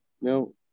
No